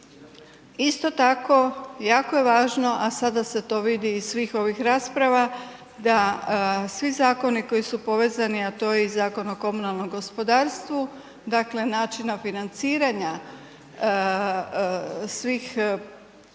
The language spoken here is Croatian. Isto tako jako je važno a sada se to vidi iz svih ovih rasprava da svi zakoni koji su povezani a to je i Zakon o komunalnom gospodarstvu, dakle načina financiranja svih